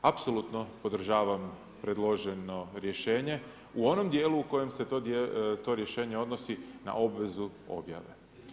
Apsolutno podržavam predloženo rješenje u onom dijelu u kojem se to rješenje odnosi na obvezu objave.